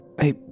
Hey